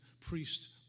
priest